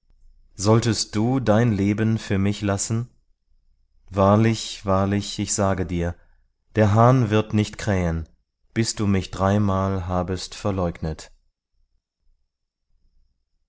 solltest du dein leben für mich lassen wahrlich wahrlich ich sage dir der hahn wird nicht krähen bis du mich dreimal habest verleugnet